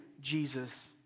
Jesus